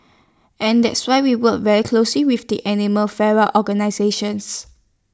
and that's why we work very closely with the animal fare war organisations